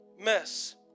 mess